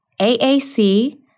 AAC